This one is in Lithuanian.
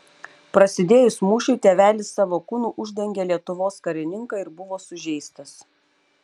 prasidėjus mūšiui tėvelis savo kūnu uždengė lietuvos karininką ir buvo sužeistas